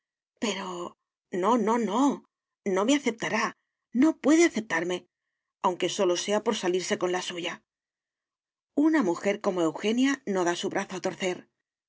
pero no no no no me aceptará no puede aceptarme aunque sólo sea por salirse con la suya una mujer como eugenia no da su brazo a torcer